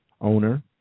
owner